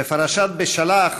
בפרשת בשלח